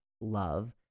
love